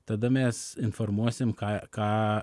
tada mes informuosim ką ką